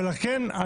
ולכן,